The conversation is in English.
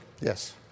Yes